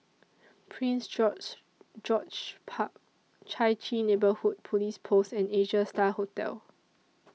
Prince George George's Park Chai Chee Neighbourhood Police Post and Asia STAR Hotel